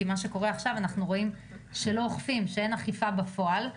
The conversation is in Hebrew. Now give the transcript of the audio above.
כי מה שקורה עכשיו אנחנו רואים שאין אכיפה בפועל.